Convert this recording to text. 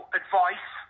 advice